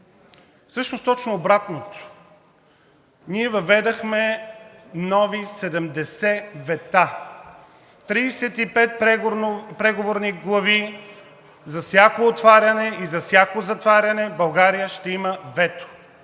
Всъщност точно обратното – ние въведохме нови 70 вета, 35 преговорни глави! За всяко отваряне и за всяко затваряне България ще има вето,